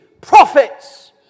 prophets